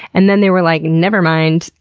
and then they were like, never mind.